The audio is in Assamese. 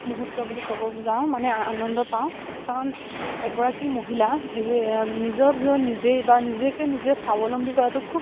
মুহূ্ৰ্ত বুলি ক'ব যাওঁ মানে আনন্দ পাওঁ কাৰণ এগৰাকী মহিলা যিয়ে নিজৰ ভিৰৰত নিজেই বা নিজেকে নিজে স্বাৱলম্বী কৰাটো খুব